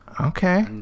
Okay